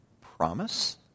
promise